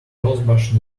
rosebush